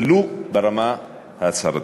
ולו ברמה ההצהרתית.